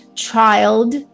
child